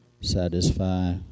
satisfy